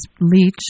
Leach